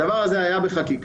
הדבר הזה היה בחקיקה,